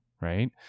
right